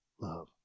love